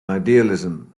idealism